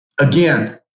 Again